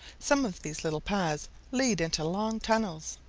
some of these little paths lead into long tunnels.